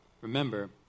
remember